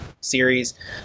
series